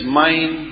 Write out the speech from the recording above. mind